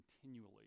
continually